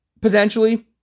potentially